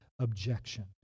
objection